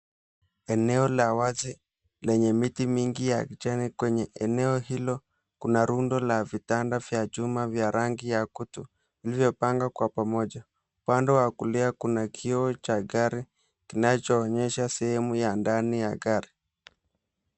Eneo la wazi lenye miti mingi ya kijani. Kwenye eneo hilo kuna rundo la vitanda vya chuma vya rangi ya kutu, iliyopangwa kwa pamoja. Upande wa kulia kuna kioo cha gari kinachoonyesha sehemu ya ndani ya gari.